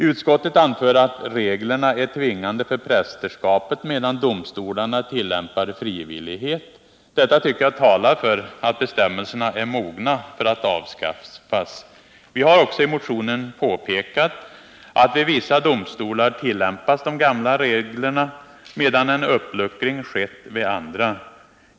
Utskottet anför att reglerna är tvingande för prästerskapet medan domstolarna tillämpar frivillighet. Detta tycker jag talar för att bestämmelserna är mogna för att avskaffas. Vi har också i motionen påpekat att vid vissa domstolar tillämpas de gamla reglerna, medan en uppluckring skett vid andra domstolar.